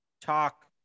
talk